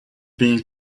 being